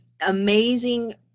amazing